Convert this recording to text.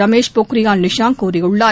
ரமேஷ் பொக்ரியால் நிஷாங்க் கூறியுள்ளார்